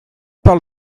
parle